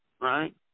right